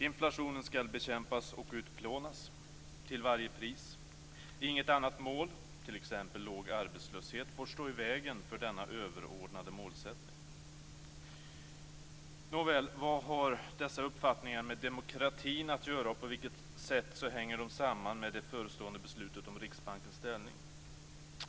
Inflationen skall bekämpas och utplånas - till varje pris. Inget annat mål, t.ex. låg arbetslöshet, får stå i vägen för denna överordnade målsättning. Nåväl; vad har dessa uppfattningar med demokratin att göra, och på vilket sätt hänger de samman med det förestående beslutet om Riksbankens ställning?